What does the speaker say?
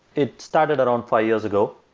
it started around five years ago,